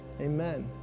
Amen